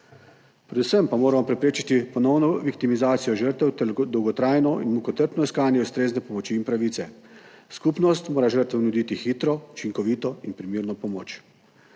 Predvsem pa moramo preprečiti ponovno viktimizacijo žrtev ter dolgotrajno in mukotrpno iskanje ustrezne pomoči in pravice. Skupnost mora žrtvam nuditi hitro, učinkovito in primerno pomoč,